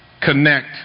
connect